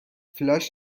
فلاش